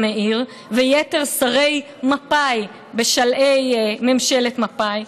מאיר ויתר שרי מפא"י בשלהי ממשלת מפא"י,